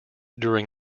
during